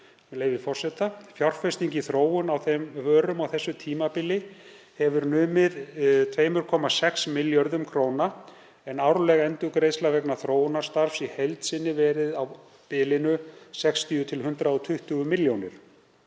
á þeim vörum á þessu tímabili hefur numið 2,6 milljörðum kr. en árleg endurgreiðsla vegna þróunarstarfs í heild sinni verið á bilinu 60–120 milljónir